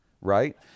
right